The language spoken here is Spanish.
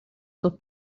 sus